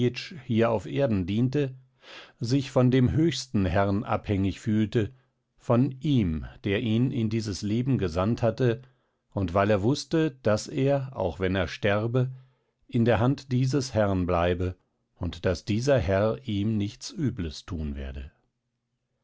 hier auf erden diente sich von dem höchsten herrn abhängig fühlte von ihm der ihn in dieses leben gesandt hatte und weil er wußte daß er auch wenn er sterbe in der hand dieses herrn bleibe und daß dieser herr ihm nichts übles tun werde